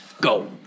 Go